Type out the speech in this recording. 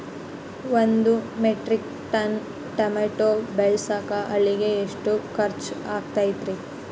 ಒಂದು metric ton tomato ಬೆಳಸಾಕ್ ಆಳಿಗೆ ಎಷ್ಟು ಖರ್ಚ್ ಆಕ್ಕೇತ್ರಿ?